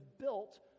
built